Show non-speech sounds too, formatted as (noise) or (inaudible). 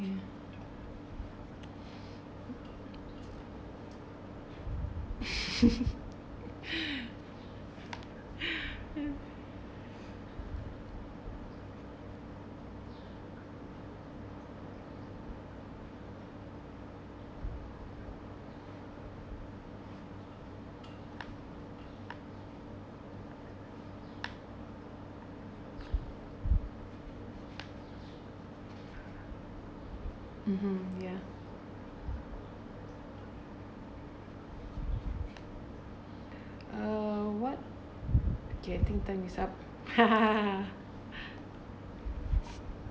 ya (laughs) (uh huh) ya uh what okay time is up (laughs)